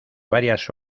varias